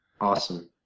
Awesome